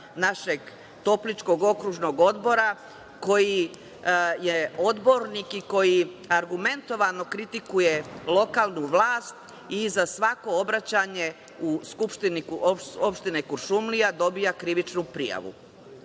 našeg topličkog okružnog odbora, koji je odbornik i koji argumentovano kritikuje lokalnu vlast i za svako obraćanje u SO Kuršumlija dobija krivičnu prijavu.